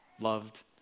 loved